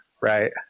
right